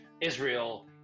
Israel